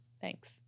Thanks